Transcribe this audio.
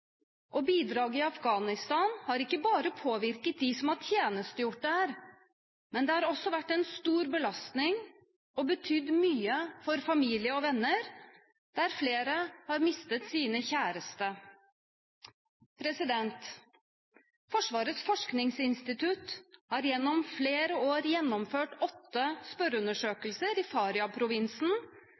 og bidraget i Afghanistan har ikke bare påvirket dem som har tjenestegjort der, men det har også vært en stor belastning og betydd mye for familie og venner, der flere har mistet sine kjæreste. Forsvarets forskningsinstitutt har gjennom flere år gjennomført åtte spørreundersøkelser i